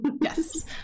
yes